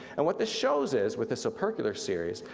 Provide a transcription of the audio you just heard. and what this shows is, with this opercular series,